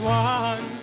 one